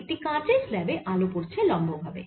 একটি কাঁচের স্ল্যাবে আলো পড়ছে লম্ব ভাবে